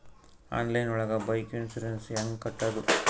Online ಒಳಗೆ bike insurance ಹ್ಯಾಂಗ್ ಕಟ್ಟುದು?